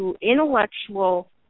intellectual